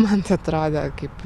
man atrodė kaip